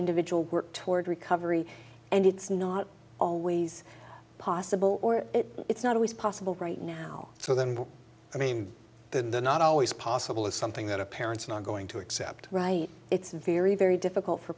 individual work toward recovery and it's not always possible or it's not always possible right now so then i mean not always possible is something that a parent's not going to accept right it's very very difficult for